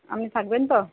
আপনি থাকবেন তো